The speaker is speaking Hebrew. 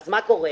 אז מה קורה?